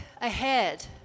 ahead